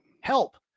help